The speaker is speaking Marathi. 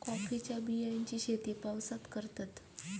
कॉफीच्या बियांची शेती पावसात करतत